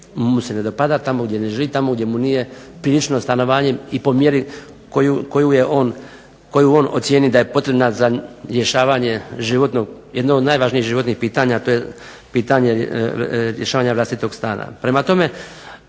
mu se ne dopada, tamo gdje ne živi, tamo gdje mu nije prilično stanovanje i po mjeri koju on ocijeni da je potrebna za rješavanje jednog od najvažnijih životnih pitanja, a to je rješavanje vlastitog stana. Prema tome,